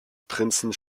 prinzen